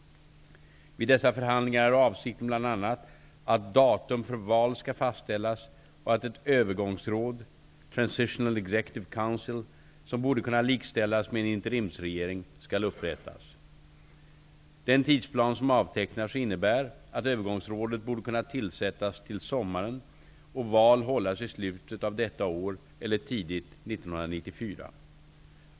Vid dessa förhandlingar är avsikten bl.a. att datum för val skall fastställas och att ett övergångsråd -- som borde kunna likställas med en interimsregering -- skall upprättas. Den tidsplan som avtecknar sig innebär att övergångsrådet borde kunna tillsättas till sommaren och val hållas i slutet av detta år eller tidigt 1994.